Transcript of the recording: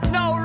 no